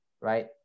right